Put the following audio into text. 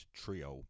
trio